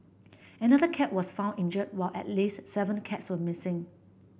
another cat was found injured while at least seven cats are missing